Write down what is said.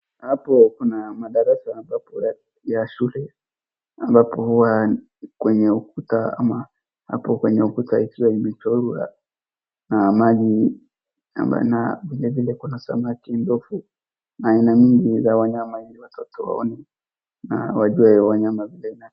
Hapo kuna madarasa ambapo ya shule ambapo huwa kwenye ukuta ama hapo kwenye ukuta ikiwa imechorwa na maji na vile vile kuna samaki, ndovu na aina mingi za wanyama ili watoto waone na wajue wanyama vile ina...